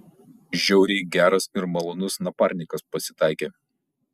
žiauriai geras ir malonus naparnikas pasitaikė